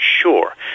Sure